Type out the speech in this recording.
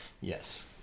Yes